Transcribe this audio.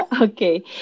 Okay